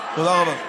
תודה רבה.